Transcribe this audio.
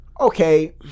okay